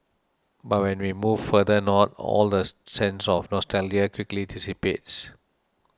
but when we move further north all that sense of nostalgia quickly dissipates